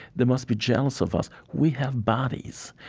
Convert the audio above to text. they must be jealous of us. we have bodies.